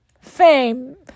Fame